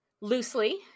loosely